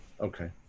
Okay